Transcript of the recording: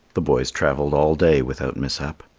the boys travelled all day without mishap.